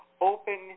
open